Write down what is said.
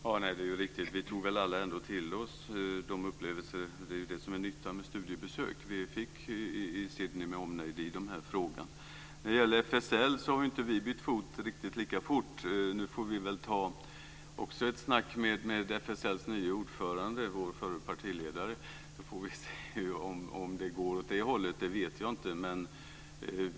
Fru talman! Det är riktigt. Vi tog alla till oss de upplevelser vi fick i Sydney med omnejd i den här frågan. Det är det som är nyttan med studiebesök. När det gäller FSL har inte vi bytt fot riktigt lika fort. Nu får vi ta ett snack med FSL:s nya ordförande, vår förre partiledare, så får vi se om det går åt det hållet. Det vet jag inte.